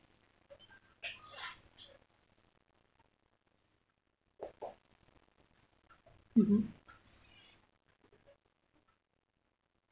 mmhmm